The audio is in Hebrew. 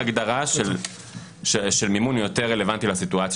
הגדרה של מימון יותר רלוונטי לסיטואציה